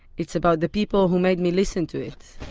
it's about the people who made me listen to it